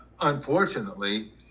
Unfortunately